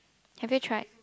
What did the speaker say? have you tried